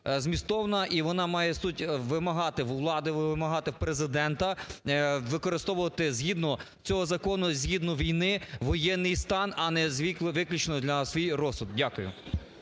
і вона має суть вимагати у влади, вимагати у Президента використовувати, згідно цього закону, згідно війни воєнний стан, а не виключно на свій розсуд. Дякую.